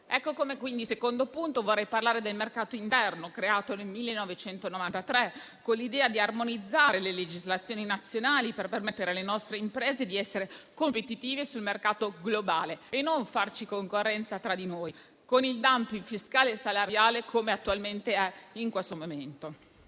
secondo luogo, vorrei dunque parlare del mercato interno, creato nel 1993, con l'idea di armonizzare le legislazioni nazionali, per permettere alle nostre imprese di essere competitive sul mercato globale e non per farci concorrenza tra noi, con il *dumping* fiscale e salariale, come avviene in questo momento.